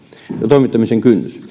toimittamisen kynnys